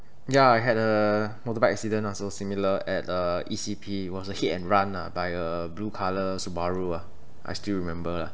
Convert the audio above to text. yeah I had a motorbike accident lah so similar at uh E_C_P it was a hit and run lah by a blue colour subaru ah I still remember lah